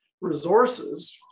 resources